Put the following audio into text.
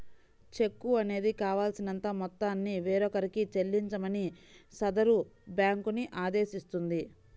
చెక్కు అనేది కావాల్సినంత మొత్తాన్ని వేరొకరికి చెల్లించమని సదరు బ్యేంకుని ఆదేశిస్తుంది